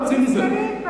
צאי מזה,